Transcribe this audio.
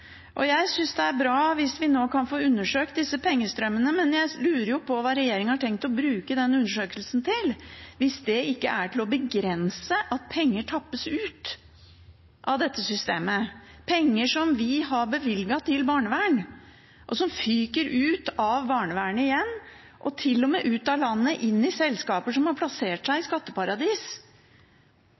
går. Jeg synes det er bra hvis vi nå kan få undersøkt disse pengestrømmene, men jeg lurer jo på hva regjeringen har tenkt å bruke den undersøkelsen til, hvis det ikke er for å begrense at penger tappes ut av dette systemet, penger som vi har bevilget til barnevern, og som fyker ut av barnevernet igjen – og til og med ut av landet og inn i selskaper som har plassert seg i skatteparadis.